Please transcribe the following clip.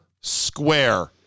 square